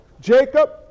Jacob